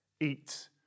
eat